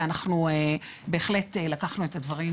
ואנחנו בהחלט לקחנו את הדברים